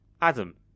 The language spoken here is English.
Adam